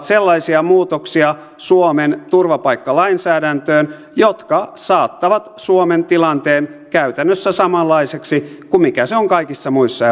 sellaisia muutoksia suomen turvapaikkalainsäädäntöön jotka saattavat suomen tilanteen käytännössä samanlaiseksi kuin mikä se on kaikissa muissa